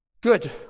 good